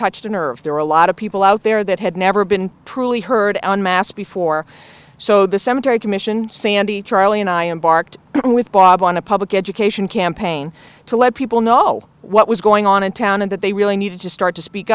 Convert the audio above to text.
touched a nerve there are a lot of people out there that had never been truly heard on mass before so the cemetery commission sandy charlie and i embarked on with bob on a public education campaign to let people know what was going on in town and that they really needed to start to speak